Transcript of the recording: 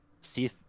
See